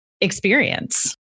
experience